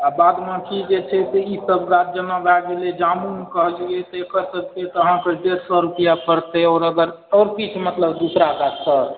आ बादबाँकी जे छै ई सब गाछ जेना भए गेलै जामुन कहलियै तऽ एकर सबके तऽ अहाँकेँ डेढ़ सए रुपैआ पड़तै आओर अगर आओर किछु मतलब दूसरा गाछ सब